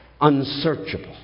unsearchable